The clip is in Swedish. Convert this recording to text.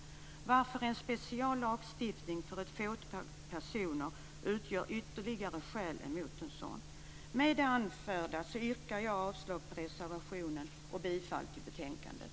Detta utgör ytterligare skäl emot en speciallagstiftning för ett fåtal personer. Med det anförda yrkar jag avslag på reservationen och bifall till hemställan i betänkandet.